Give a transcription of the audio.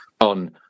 on